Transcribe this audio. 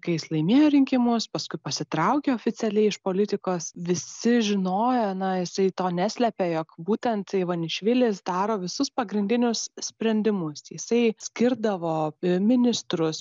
kai jis laimėjo rinkimus paskui pasitraukė oficialiai iš politikos visi žinojo na jisai to neslėpė būtent ivanišvilis daro visus pagrindinius sprendimus jisai skirdavo ministrus